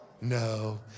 No